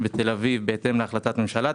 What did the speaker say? בתל אביב בהתאם להחלטת ממשלה,